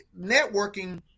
networking